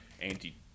anti